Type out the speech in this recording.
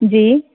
जी